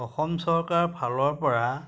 অসম চৰকাৰৰ ফালৰ পৰা